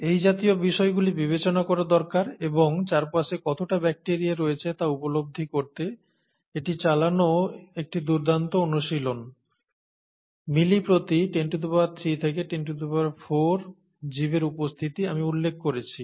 এই জাতীয় বিষয়গুলি বিবেচনা করা দরকার এবং চারপাশে কতটা ব্যাকটিরিয়া রয়েছে তা উপলব্ধি করতে এটি চালানোও একটি দুর্দান্ত অনুশীলন মিলি প্রতি 103 থেকে 104 জীবের উপস্থিতি আমি উল্লেখ করেছি